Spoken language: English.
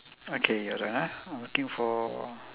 okay you hold on ah I'm looking for